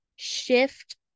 Shift